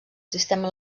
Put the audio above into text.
sistema